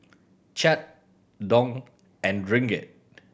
Kyat Dong and Ringgit